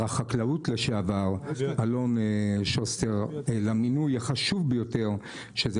החקלאות לשעבר אלון שוסטר למינוי החשוב ביותר שזה